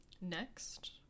Next